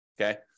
okay